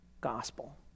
gospel